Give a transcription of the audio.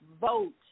vote